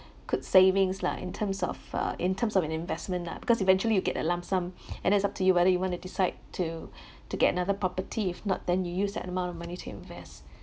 good savings lah in terms of uh in terms of an investment nah because eventually you get a lump sum and then it's up to you whether you want to decide to to get another property if not then you use that amount of money to invest